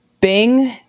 Bing